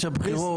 יש בחירות,